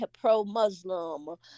pro-Muslim